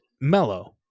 mellow